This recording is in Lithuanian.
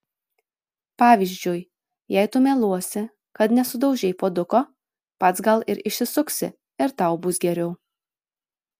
pavyzdžiui jei tu meluosi kad nesudaužei puoduko pats gal ir išsisuksi ir tau bus geriau